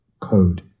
code